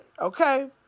okay